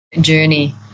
journey